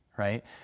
right